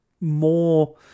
more